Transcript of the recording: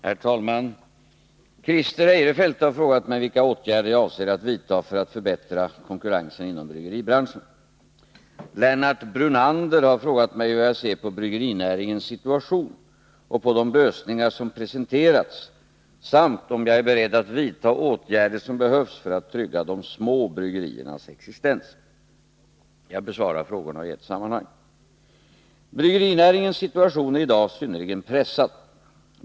Herr talman! Christer Eirefelt har frågat mig vilka åtgärder jag avser att vidta för att förbättra konkurrensen inom bryggeribranschen. Lennart Brunander har frågat mig hur jag ser på bryggerinäringens situation och på de lösningar som presenterats samt om jag är beredd att vidta åtgärder som behövs för att trygga de små bryggeriernas existens. Jag besvarar frågorna i ett sammanhang. Bryggerinäringens situation är i dag synnerligen pressad.